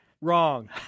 Wrong